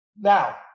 Now